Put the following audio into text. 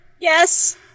Yes